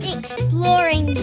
Exploring